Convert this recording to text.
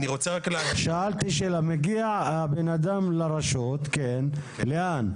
שאלתי שאלה: מגיע האדם לרשות, לאן?